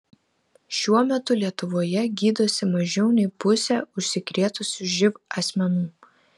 šiuo metu lietuvoje gydosi mažiau nei pusė užsikrėtusių živ asmenų